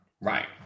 right